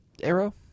Arrow